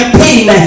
pain